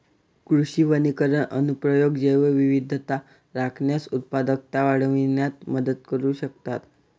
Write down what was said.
कृषी वनीकरण अनुप्रयोग जैवविविधता राखण्यास, उत्पादकता वाढविण्यात मदत करू शकतात